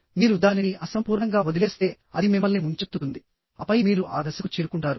మీరు దానిని అసంపూర్ణంగా వదిలేస్తే అది మిమ్మల్ని ముంచెత్తుతుంది ఆపై మీరు ఆ దశకు చేరుకుంటారు